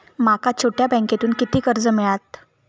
माका छोट्या बँकेतून किती कर्ज मिळात?